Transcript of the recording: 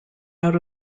out